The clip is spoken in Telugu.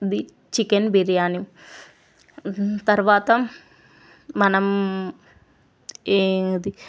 ఇది చికెన్ బిర్యాని తర్వాత మనం ఏది